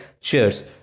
cheers